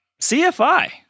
CFI